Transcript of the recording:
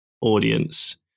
audience